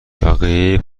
بقیه